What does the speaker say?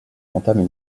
entament